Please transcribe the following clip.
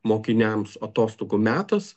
mokiniams atostogų metas